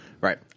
Right